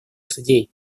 судей